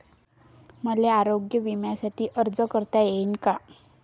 मले आरोग्य बिम्यासाठी अर्ज करता येईन का?